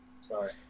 Sorry